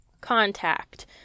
contact